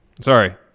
Sorry